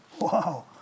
Wow